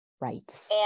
Right